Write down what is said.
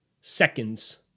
seconds